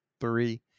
three